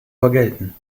vergelten